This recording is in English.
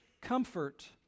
Comfort